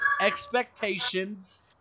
expectations